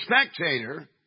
spectator